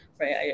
right